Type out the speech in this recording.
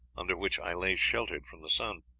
under which i lay sheltered from the sun.